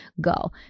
Go